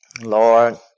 Lord